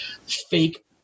fake